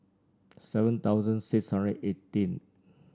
seven thousand six hundred eighteen